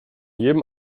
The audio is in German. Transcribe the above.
jedem